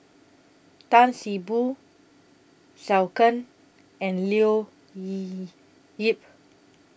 Tan See Boo Zhou Can and Liu Leo Yip